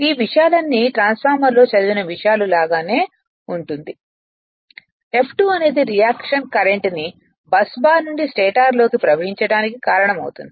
ఈ విషయాలన్నీ ట్రాన్స్ఫార్మర్ లో చదివిన విషయాల లాగానే ఉంటుంది F2 అనేది రియాక్షన్ కరెంట్ ని బస్ బార్ నుండి స్టేటర్ లోకి ప్రవహించటానికి కారణమవుతుంది